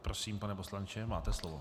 Prosím, pane poslanče, máte slovo.